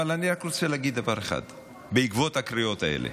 אבל אני רק רוצה להגיד דבר אחד בעקבות הקריאות האלה: